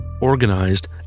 organized